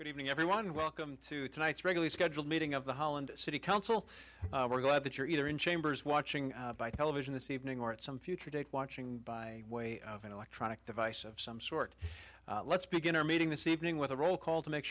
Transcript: good evening everyone welcome to tonight's regularly scheduled meeting of the holland city council we're glad that you're either in chambers watching television this evening or at some future date watching by way of an electronic device of some sort let's begin our meeting this evening with a roll call to make